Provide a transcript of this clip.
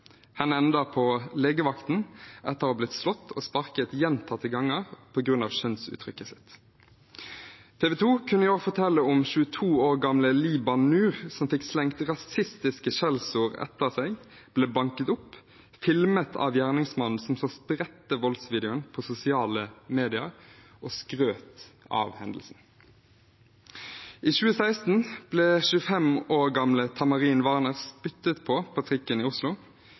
på legevakten etter å ha blitt slått og sparket gjentatte ganger på grunn av kjønnsuttrykket sitt. TV 2 kunne i år fortelle om 22 år gamle Liban Nur, som fikk slengt rasistiske skjellsord etter seg, ble banket opp og filmet av gjerningsmannen, som så spredte voldsvideoen på sosiale medier og skrøt av hendelsen. I 2016 ble 25 år gamle Tamarin Varner spyttet på på trikken i Oslo